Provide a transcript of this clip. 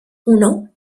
uno